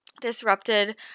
disrupted